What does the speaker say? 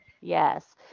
Yes